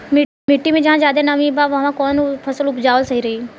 मिट्टी मे जहा जादे नमी बा उहवा कौन फसल उपजावल सही रही?